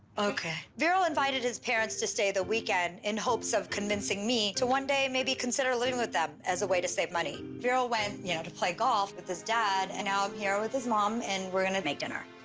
okay. veeral invited his parents to stay the weekend, in hopes of convincing me to one day maybe consider living with them as a way to save money. veeral went you know to play golf with his dad. and now i'm here with his mom, and we're gonna make dinner.